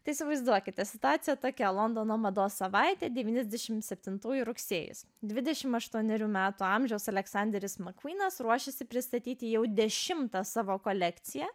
tai įsivaizduokite situaciją tokia londono mados savaitė devyniasdešimtseptintųjų rugsėjis dvidešimt aštuonerių metų amžiaus aleksanderis makūnas ruošėsi pristatyti jau dešimtą savo kolekciją